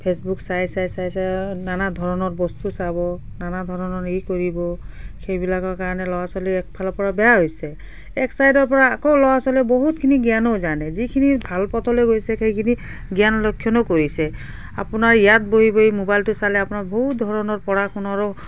Facebook চাই চাই চাই চাই নানাধৰণৰ বস্তু চাব নানা ধৰণৰ ই কৰিব সেইবিলাকৰ কাৰণে ল'ৰা ছোৱালী একফালৰপৰা বেয়া হৈছে একচাইডৰপৰা আকৌ ল'ৰা ছোৱালী বহুতখিনি জ্ঞানো জানে যিখিনি ভাল পথলৈ গৈছে সেইখিনি জ্ঞান লক্ষণো কৰিছে আপোনাৰ ইয়াত বহি বহি মোবাইলটো চালে আপোনাৰ বহুত ধৰণৰ পঢ়া শুনাৰো